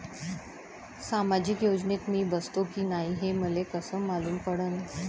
सामाजिक योजनेत मी बसतो की नाय हे मले कस मालूम पडन?